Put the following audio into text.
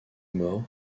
mort